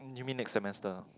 you mean next semester